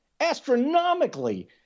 astronomically